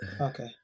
Okay